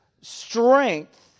strength